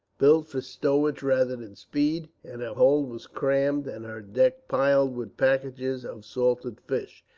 built for stowage rather than speed, and her hold was crammed and her deck piled with packages of salted fish.